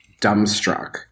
dumbstruck